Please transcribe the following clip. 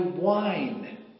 wine